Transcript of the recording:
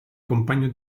compagno